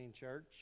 church